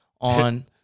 on